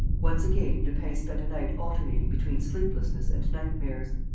once again, lupin spent a night alternating between sleeplessness and nightmares.